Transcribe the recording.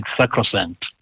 sacrosanct